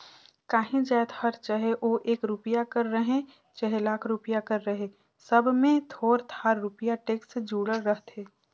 काहीं जाएत हर चहे ओ एक रूपिया कर रहें चहे लाख रूपिया कर रहे सब में थोर थार रूपिया टेक्स जुड़ल रहथे